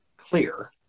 clear